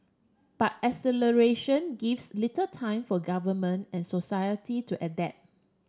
but acceleration gives little time for government and society to adapt